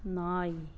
நாய்